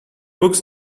books